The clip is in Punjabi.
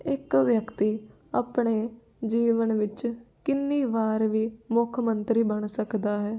ਇੱਕ ਵਿਅਕਤੀ ਆਪਣੇ ਜੀਵਨ ਵਿੱਚ ਕਿੰਨੀ ਵਾਰ ਵੀ ਮੁੱਖ ਮੰਤਰੀ ਬਣ ਸਕਦਾ ਹੈ